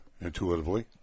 intuitively